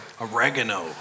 oregano